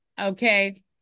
Okay